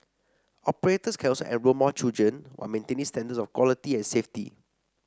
operators can also enrol more children while maintaining standards of quality and safety